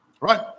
right